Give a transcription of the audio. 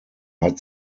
hat